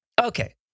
Okay